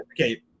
okay